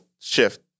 shift